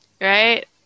right